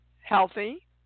healthy